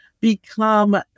become